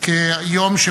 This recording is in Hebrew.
יום